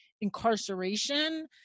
incarceration